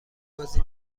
بازی